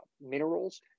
minerals